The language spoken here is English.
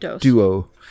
duo